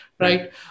Right